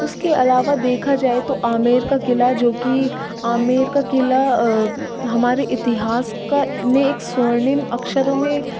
उसके अलावा देखा जाए तो आमेर का किला जो की आमेर का किला हमारे इतिहास का में एक स्वर्णिय अक्षरों में